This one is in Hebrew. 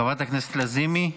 חברת הכנסת לזימי.